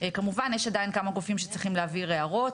כמובן שיש עדיין כמה גופים שצריכים להעביר הערות,